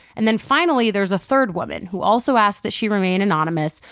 and then finally, there's a third woman, who also asked that she remain anonymous,